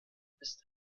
ist